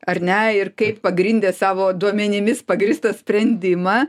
ar ne ir kaip pagrindė savo duomenimis pagrįstą sprendimą